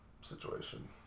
situation